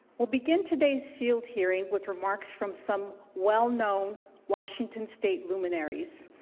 will begin today's field hearing with remarks from some well-known washington state luminaries.